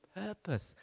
purpose